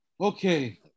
Okay